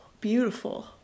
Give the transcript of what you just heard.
beautiful